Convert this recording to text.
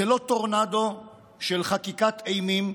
זה לא טורנדו של חקיקת אימים,